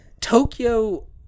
tokyo